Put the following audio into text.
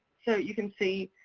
so you can see,